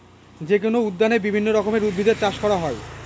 যেকোনো উদ্যানে বিভিন্ন রকমের উদ্ভিদের চাষ করা হয়